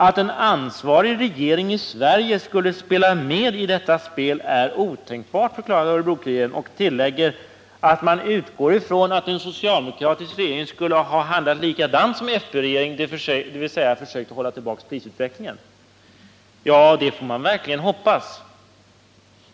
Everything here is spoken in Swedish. Att en ansvarig regering i Sverige skulle spela med i detta spel är otänkbart, förklarar Örebro-Kuriren och tillägger att den utgår från att en socialdemokratisk regering skulle ha handlat likadant som fp-regeringen, dvs. ha försökt hålla tillbaka prisutvecklingen. Ja, det får man verkligen hoppas.